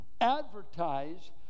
advertise